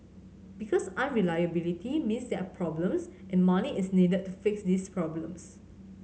because unreliability means there are problems and money is needed to fix these problems